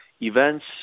events